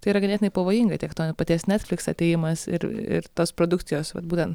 tai yra ganėtinai pavojinga tiek to paties netfliks atėjimas ir ir tos produkcijos vat būtent